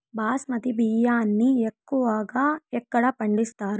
బాస్మతి బియ్యాన్ని ఎక్కువగా ఎక్కడ పండిస్తారు?